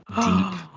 deep